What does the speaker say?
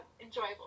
enjoyable